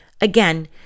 Again